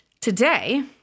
today